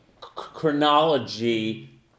chronology